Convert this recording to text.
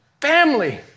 family